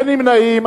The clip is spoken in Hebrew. אין נמנעים.